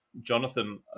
Jonathan